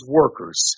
workers